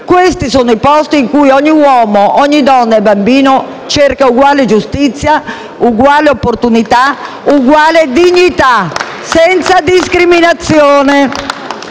Questi sono i posti in cui ogni uomo, donna o bambino cercano uguale giustizia, uguali opportunità, eguale dignità senza discriminazioni».